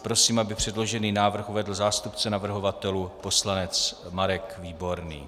Prosím, aby předložený návrh uvedl zástupce navrhovatelů poslanec Marek Výborný.